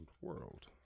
world